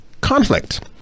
conflict